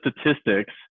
statistics